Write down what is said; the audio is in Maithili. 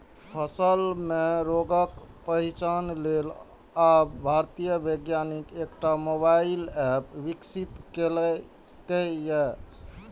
फसल मे रोगक पहिचान लेल आब भारतीय वैज्ञानिक एकटा मोबाइल एप विकसित केलकैए